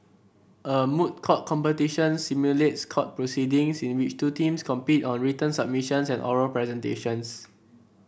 a moot court competition simulates court proceedings in which two teams compete on written submissions and oral presentations